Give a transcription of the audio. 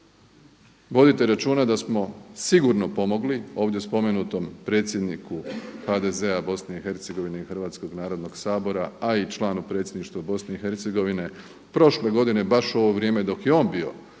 Vodite računa da smo sigurno pomogli ovdje spomenutom predsjedniku HDZ-a Bosne i Hercegovine i Hrvatskog narodnog sabora a i članu Predsjedništva Bosne i Hercegovine prošle godine baš u ovo vrijeme dok je on bio